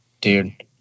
dude